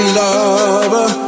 lover